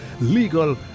legal